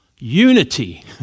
Unity